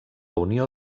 unió